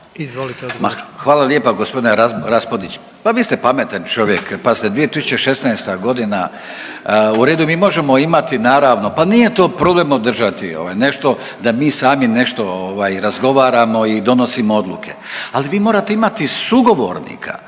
hvala lijepa gospodine Raspudić, pa vi ste pametan čovjek, pazite 2016. godina, u redu mi možemo imati naravno pa nije to problem održati, ovaj, nešto da mi sami nešto razgovaramo i donosimo odluke, ali vi morate imati sugovornika.